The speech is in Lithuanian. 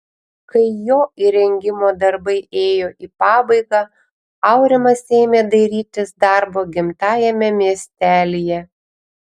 kai jo įrengimo darbai ėjo į pabaigą aurimas ėmė dairytis darbo gimtajame miestelyje